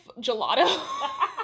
gelato